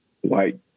white